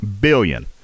billion